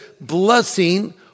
blessing